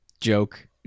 Joke